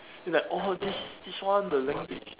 it's like oh this this one the language